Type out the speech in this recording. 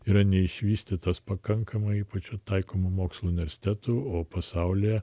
yra neišvystytas pakankamai ypač taikoma mokslo universitetų o pasaulyje